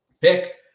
pick